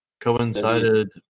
coincided